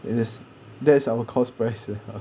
it is that's our cost price 了